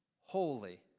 holy